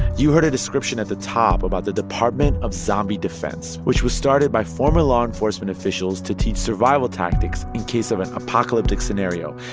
you heard a description at the top about the department of zombie defense, which was started by former law enforcement officials to teach survival tactics in case of an apocalyptic scenario,